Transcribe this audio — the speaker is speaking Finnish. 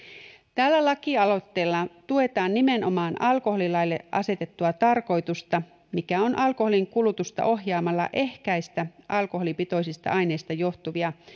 tällä lakialoitteella tuetaan nimenomaan alkoholilaille asetettua tarkoitusta mikä on alkoholin kulutusta ohjaamalla ehkäistä alkoholipitoisista aineista johtuvia